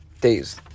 days